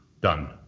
Done